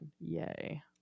yay